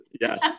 Yes